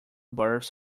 births